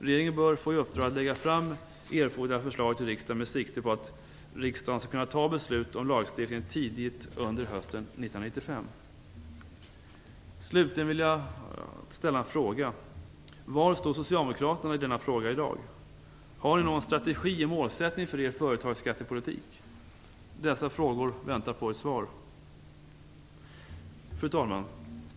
Regeringen bör få i uppdrag att lägga fram erforderliga förslag till riksdagen med sikte på att riksdagen skall kunna fatta beslut om lagstiftningen tidigt under hösten 1995. Denna fråga väntar på ett svar. Fru talman!